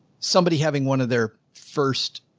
somebody having one of their first.